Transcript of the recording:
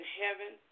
heaven